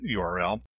URL